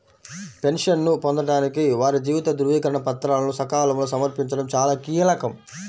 పెన్షన్ను పొందడానికి వారి జీవిత ధృవీకరణ పత్రాలను సకాలంలో సమర్పించడం చాలా కీలకం